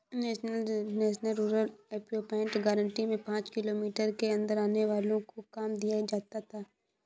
national rural employment guarantee में पांच kilometre के अंदर आने वालो को काम दिया जाता था